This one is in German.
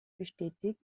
bestätigt